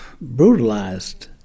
brutalized